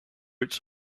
its